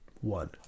one